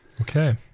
Okay